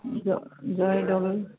Joydol